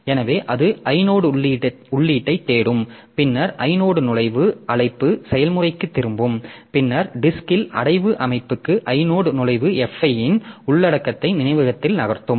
எனவே அது ஐனோட் உள்ளீட்டைத் தேடும் பின்னர் ஐனோட் நுழைவு அழைப்பு செயல்முறைக்குத் திரும்பும் பின்னர் வட்டில் அடைவு அமைப்புக்கு ஐனோட் நுழைவு Fi இன் உள்ளடக்கத்தை நினைவகத்தில் நகர்த்தும்